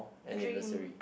dream